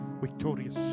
victorious